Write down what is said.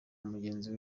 mugenzi